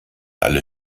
alle